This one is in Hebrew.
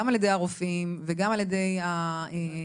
גם על ידי הרופאים וגם על ידי המחליטים,